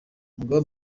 umugaba